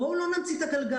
בואו לא נמציא את הגלגל.